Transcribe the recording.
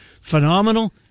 phenomenal